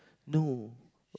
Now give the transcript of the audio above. no